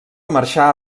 marxà